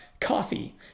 coffee